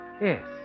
Yes